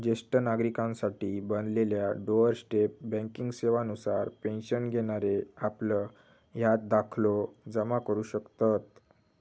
ज्येष्ठ नागरिकांसाठी बनलेल्या डोअर स्टेप बँकिंग सेवा नुसार पेन्शन घेणारे आपलं हयात दाखलो जमा करू शकतत